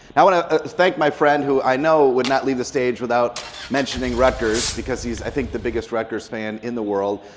i wanna thank my friend who i know would not leave the stage without mentioning rutgers because he's, i think, the biggest rutgers fan in the world.